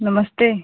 नमस्ते